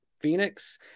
Phoenix